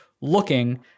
looking